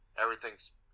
everything's